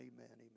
Amen